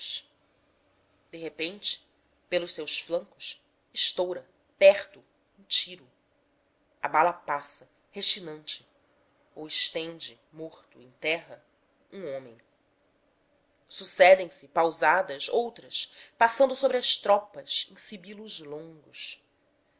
de repente pelos seus flancos estoura perto um tiro a bala passa rechinante ou estende morto em terra um homem sucedem se pausadas outras passando sobre as tropas em sibilos longos